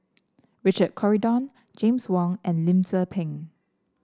Richard Corridon James Wong and Lim Tze Peng